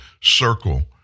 circle